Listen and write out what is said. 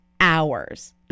hours